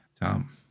Tom